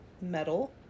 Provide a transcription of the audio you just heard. metal